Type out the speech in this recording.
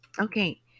Okay